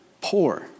poor